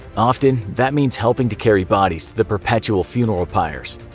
often that means helping to carry bodies to the perpetual funeral pyres.